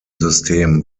system